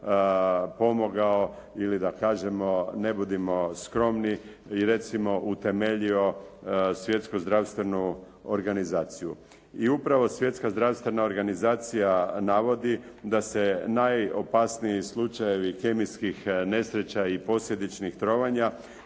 pomogao ili da kažemo, ne budimo skromni i recimo utemeljio Svjetsku zdravstvenu organizaciju. I upravo Svjetska zdravstvena organizacija navodi da se najopasniji slučajevi kemijskih nesreća i posljedičnih trovanja